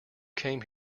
came